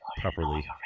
properly